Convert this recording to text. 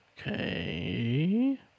Okay